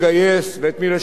ואנחנו,